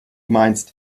meinst